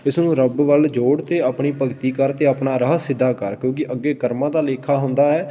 ਇਸਨੂੰ ਰੱਬ ਵੱਲ ਜੋੜ ਅਤੇ ਆਪਣੀ ਭਗਤੀ ਕਰ ਅਤੇ ਆਪਣਾ ਰਾਹ ਸਿੱਧਾ ਕਰ ਕਿਉਂਕਿ ਅੱਗੇ ਕਰਮਾਂ ਦਾ ਲੇਖਾ ਹੁੰਦਾ ਹੈ